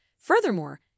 Furthermore